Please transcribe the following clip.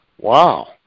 Wow